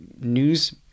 news